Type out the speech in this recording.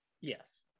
yes